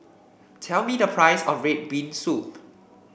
tell me the price of red bean soup